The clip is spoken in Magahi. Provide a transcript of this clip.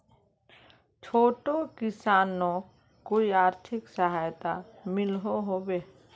छोटो किसानोक कोई आर्थिक सहायता मिलोहो होबे?